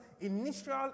initial